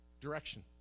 direction